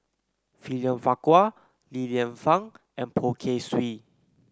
William Farquhar Li Lianfung and Poh Kay Swee